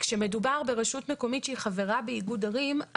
כשמדובר ברשות מקומית שהיא חברה באיגוד ערים,